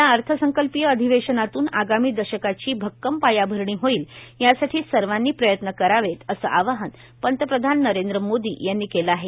या अर्थसंकल्पीय अधिवेशनातून आगामी दशकाची भक्कम पायाभरणी होईल यासाठी सर्वांनी प्रयत्न करावेत असं आवाहन पंतप्रधान नरेंद्र मोदी यांनी केलं आहे